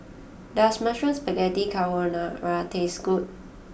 does Mushroom Spaghetti Carbonara taste good